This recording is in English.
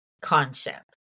concept